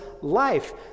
life